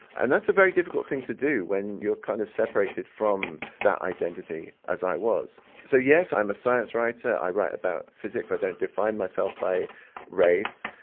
and that's a very difficult thing to do when you're kind of separated from that identity, as i was. so yes, i'm a science writer, i write about physics. i don't define myself by race.